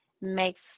makes